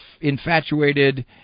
infatuated